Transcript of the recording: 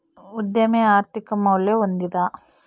ಉದ್ಯಮಿ ಆರ್ಥಿಕ ಮೌಲ್ಯ ಹೊಂದಿದ